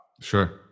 Sure